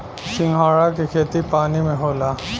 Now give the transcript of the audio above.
सिंघाड़ा के खेती पानी में होला